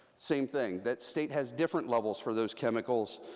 same thing, that state has different levels for those chemicals,